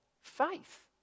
faith